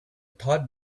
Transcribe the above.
thought